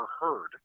heard